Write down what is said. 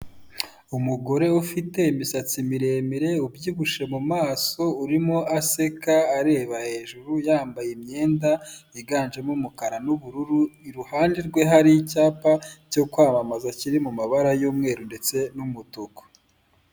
Umugore ufite imisatsi miremire ubyibushye mu mu maso urimo aseka areba hejuru yambaye imyenda yiganjemo umukara n'ubururu, iruhande rwe hari icyapa cyo kwamamaza kiri mu mabara y'umweru ndetse n'umutuku.